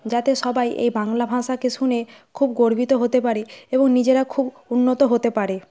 যাতে সবাই এই বাংলা ভাষাকে শুনে খুব গর্বিত হতে পারে এবং নিজেরা খুব উন্নত হতে পারে